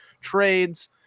trades